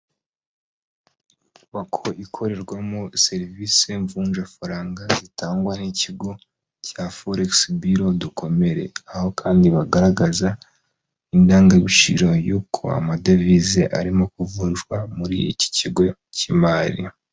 Inyubako ikorerwamo serivisi mvunjafaranga zitangwa n'ikigo cya forekisi biro dukomere aho kandi bagaragaza indangabiciro y'uko amadevize arimo kuvunjwa muri iki kigo cy'imari.